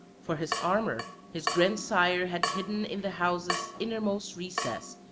for his armour his grandsire had hidden in the house's innermost recess,